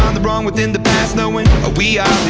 the wrong within the past knowing we are